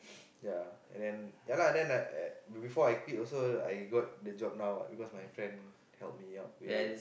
yeah and then yeah lah then I before I quit also I got the job now because my friend help me out wait wait